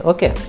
Okay